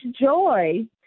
joy